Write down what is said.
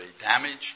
damaged